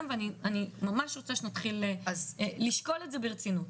ואני ממש רוצה שנתחיל לשקול את זה ברצינות.